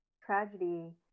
tragedy